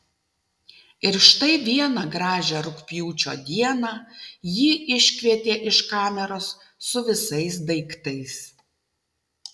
ir štai vieną gražią rugpjūčio dieną jį iškvietė iš kameros su visais daiktais